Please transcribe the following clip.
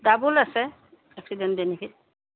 double আছে accident benefit